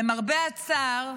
למרבה הצער,